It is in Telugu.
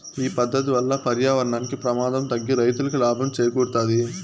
ఈ పద్దతి వల్ల పర్యావరణానికి ప్రమాదం తగ్గి రైతులకి లాభం చేకూరుతాది